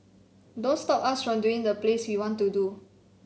don't stop us from doing the plays we want to do